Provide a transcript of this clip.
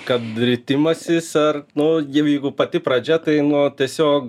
kad ritimasis ar nu jau jeigu pati pradžia tai nu tiesiog